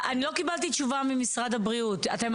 אני לא קיבלתי תשובה ממשרד הבריאות אתם